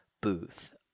booth